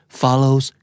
follows